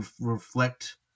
reflect